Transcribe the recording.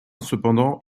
cependant